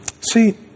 See